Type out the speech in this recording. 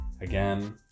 again